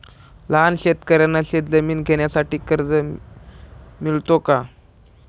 लहान शेतकऱ्यांना शेतजमीन घेण्यासाठी कर्ज मिळतो का?